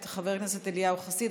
את חבר הכנסת אליהו חסיד,